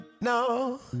no